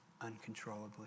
uncontrollably